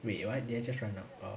wait what did I just run out